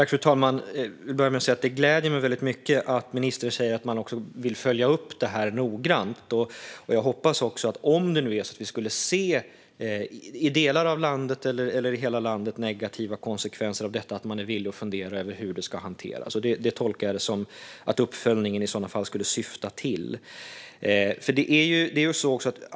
Fru talman! Det gläder mig väldigt mycket att ministern säger att man vill följa upp detta noggrant. Jag hoppas att man är villig att fundera över hur det ska hanteras om vi i delar av landet eller i hela landet skulle se negativa konsekvenser av detta. Jag tolkar det som att uppföljningen i sådana fall skulle syfta till detta.